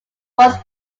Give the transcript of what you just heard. was